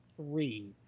three